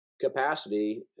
capacity